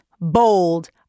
bold